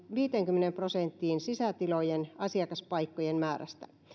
viiteenkymmeneen prosenttiin sisätilojen asiakaspaikkojen määrästä